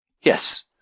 yes